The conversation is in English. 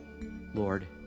Lord